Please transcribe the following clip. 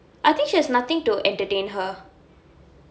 I think she has nothing to entertain her